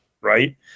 right